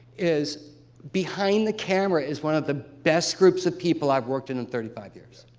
is behind the camera is one of the best groups of people i've worked in in thirty five years.